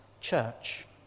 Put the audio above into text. church